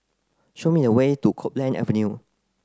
show me the way to Copeland Avenue